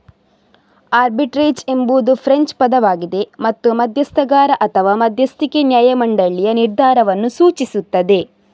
arbitrage ಎಂಬುದು French ಪದವಾಗಿದೆ ಮತ್ತು ಮಧ್ಯಸ್ಥಗಾರ ಅಥವಾ ಮಧ್ಯಸ್ಥಿಕೆ ನ್ಯಾಯ ಮಂಡಳಿಯ ನಿರ್ಧಾರವನ್ನು ಸೂಚಿಸುತ್ತದೆ